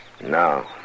No